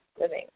living